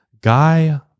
Guy